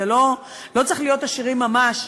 לא צריך להיות עשירים ממש,